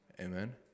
amen